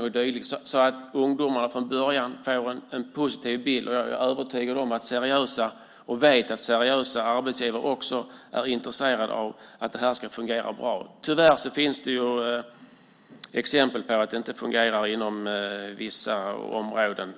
och dylikt så att ungdomarna från början får en positiv bild. Jag vet att seriösa arbetsgivare också är intresserade av att det ska fungera bra. Tyvärr finns det exempel på att det inte fungerar inom vissa områden.